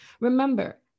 Remember